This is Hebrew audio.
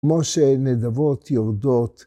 ‫כמו שנדבות יורדות.